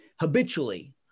habitually